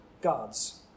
God's